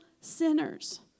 sinners